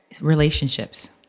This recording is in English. Relationships